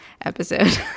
episode